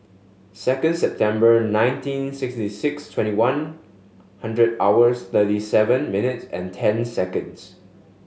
second September nineteen ninety six twenty one hundred hours thirty seven minutes and ten seconds